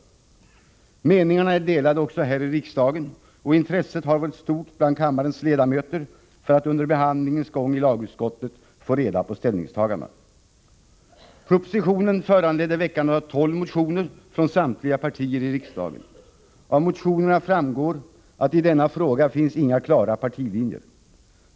Meningarna är delade också här i riksdagen, och intresset har varit stort bland kammarens ledamöter för att under behandlingens gång i lagutskottet få reda på ställningstagandena. Propositionen föranledde väckandet av 12 motioner från samtliga partier här i riksdagen. Av motionerna framgår att det i denna fråga inte finns några partilinjer.